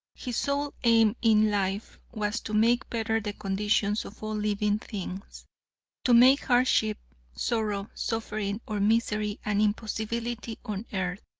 his sole aim in life was to make better the conditions of all living things to make hardship, sorrow, suffering or misery an impossibility on earth.